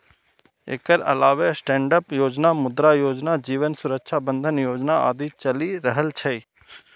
एकर अलावे स्टैंडअप योजना, मुद्रा योजना, जीवन सुरक्षा बंधन योजना आदि चलि रहल छै